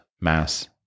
mass